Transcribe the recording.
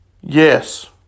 Yes